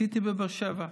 עשיתי בבאר שבע,